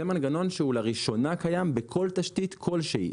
וזה מנגנון שהוא לראשונה קיים בכל תשתית כל שהיא.